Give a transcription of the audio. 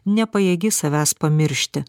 nepajėgi savęs pamiršti